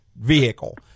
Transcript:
vehicle